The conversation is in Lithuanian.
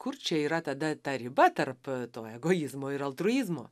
kur čia yra tada ta riba tarp to egoizmo ir altruizmo